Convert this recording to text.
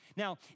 Now